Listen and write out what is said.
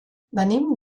venim